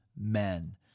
men